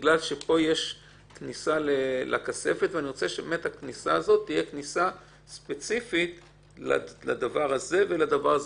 אני רוצה שהכניסה הזאת לכספת תהיה כניסה ספציפית לדבר הזה ולדבר הזה,